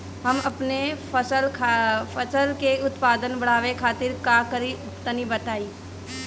हम अपने फसल के उत्पादन बड़ावे खातिर का करी टनी बताई?